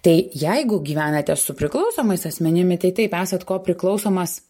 tai jeigu gyvenate su priklausomais asmenimi tai taip esat kopriklausomas